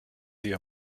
sie